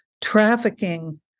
Trafficking